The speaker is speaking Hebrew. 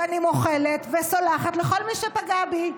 שאני מוחלת וסולחת לכל מי שפגע בי.